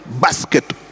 basket